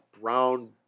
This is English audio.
brown